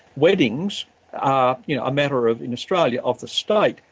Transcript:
weddings are, you know, a matter of, in australia, of the state,